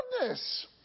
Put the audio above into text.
goodness